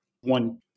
one